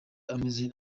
ameze